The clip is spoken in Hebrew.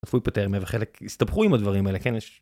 חטפו היפותרמיה וחלק הסתבכו עם הדברים האלה, כן